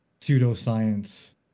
pseudoscience